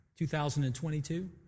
2022